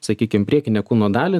sakykime priekinę kūno dalį